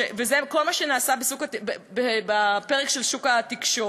וזה כל מה שנעשה בפרק של שוק התקשורת.